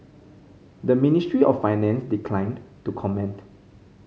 the Ministry of Finance declined to comment